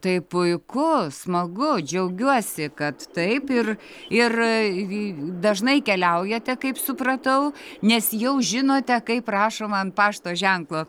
tai puiku smagu džiaugiuosi kad taip ir ir dažnai keliaujate kaip supratau nes jau žinote kaip rašoma ant pašto ženklo